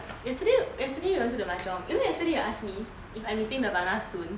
yesterday we wanted to mahjong you know yesterday you ask me if I meeting nirvana soon